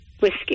whiskey